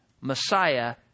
Messiah